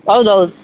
ಹೌದು ಹೌದು